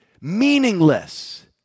meaningless